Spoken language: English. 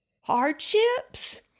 hardships